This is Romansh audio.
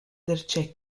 darcheu